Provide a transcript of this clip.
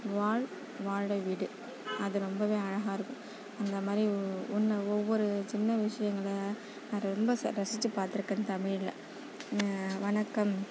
வாழ் வாழவிடு அது ரொம்பவே அழகாயிருக்கும் அந்த மாதிரி ஓ ஒன்றை ஒவ்வொரு சின்ன விஷயங்கள நான் ரொம்ப ச ரசித்து பார்த்துருக்கேன் தமிழில் வணக்கம்